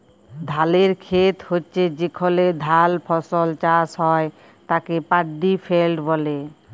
ধালের খেত হচ্যে যেখলে ধাল ফসল চাষ হ্যয় তাকে পাড্ডি ফেইল্ড ব্যলে